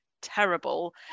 terrible